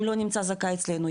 אם לא נמצא זכאי אצלנו,